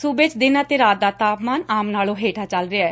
ਸੁਬੇ ਚ ਦਿਨ ਅਤੇ ਰਾਤ ਦਾ ਤਾਪਮਾਨ ਆਮ ਨਾਲੋ ਹੇਠਾ ਚੱਲ ਰਿਹੈ